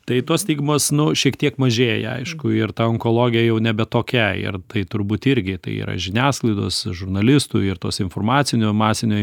tai tos stigmos nu šiek tiek mažėja aišku ir ta onkologija jau nebe tokia ir tai turbūt irgi tai yra žiniasklaidos žurnalistų ir tos informacinio masiniai